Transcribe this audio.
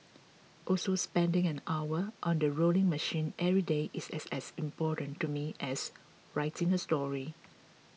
also spending an hour on the rowing machine every day is as important to me as writing a story